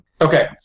Okay